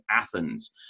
Athens